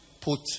put